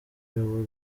yabo